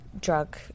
drug